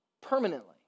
permanently